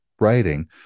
writing